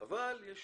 אבל יש